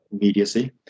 immediacy